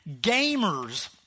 gamers